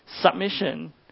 submission